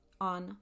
on